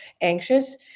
anxious